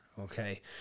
okay